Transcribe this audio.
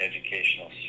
educational